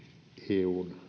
eun